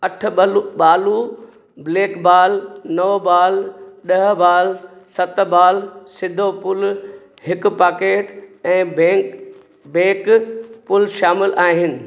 अठ बलु बालु ब्लैकबॉल नव बाल ड॒ह बाल सत बाल सीधो पूल हिकु पॉकेट ऐं बैंक बैक पूल शामिलु आहिनि